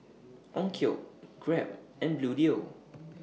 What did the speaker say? Onkyo Grab and Bluedio